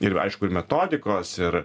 ir aišku ir metodikos ir